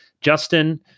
Justin